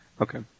Okay